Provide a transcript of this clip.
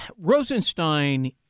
Rosenstein